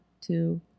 two